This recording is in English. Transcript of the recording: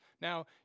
Now